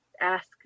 ask